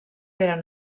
eren